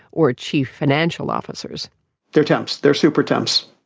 or chief financial officers they're temps they're super temps,